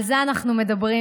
על זה אנחנו מדברים.